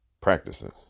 practices